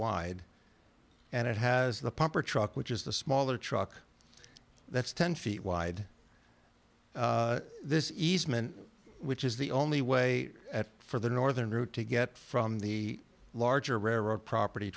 wide and it has the pumper truck which is the smaller truck that's ten feet wide this easement which is the only way for the northern route to get from the larger rare road property